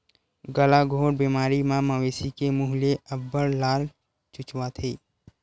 गलाघोंट बेमारी म मवेशी के मूह ले अब्बड़ लार चुचवाथे